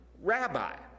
Rabbi